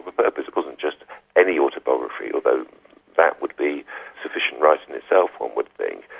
but but but it wasn't just any autobiography, although that would be sufficient right in itself one would think,